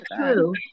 true